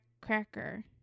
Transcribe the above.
cracker